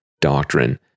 doctrine